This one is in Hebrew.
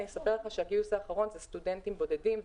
הגיוס האחרון זה סטודנטים בודדים,